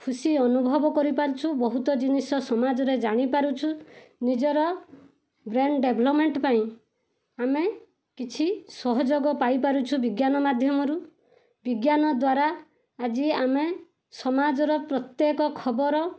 ଖୁସି ଅନୁଭବ କରିପାରୁଛୁ ବହୁତ ଜିନିଷ ସମାଜରେ ଜାଣିପାରୁଛୁ ନିଜର ବ୍ରେନ୍ ଡେଭଲପ୍ମେଣ୍ଟ ପାଇଁ ଆମେ କିଛି ସହଯୋଗ ପାଇପାରୁଛୁ ବିଜ୍ଞାନ ମାଧ୍ୟମରୁ ବିଜ୍ଞାନଦ୍ୱାରା ଆଜି ଆମେ ସମାଜର ପ୍ରତ୍ୟେକ ଖବର